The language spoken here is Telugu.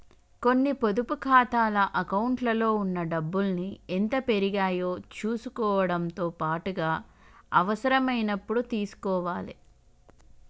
కొన్ని పొదుపు ఖాతాల అకౌంట్లలో ఉన్న డబ్బుల్ని ఎంత పెరిగాయో చుసుకోవడంతో పాటుగా అవసరమైనప్పుడు తీసుకోవాలే